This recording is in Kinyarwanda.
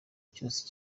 cyose